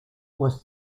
was